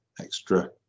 extra